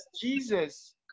Jesus